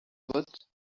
vote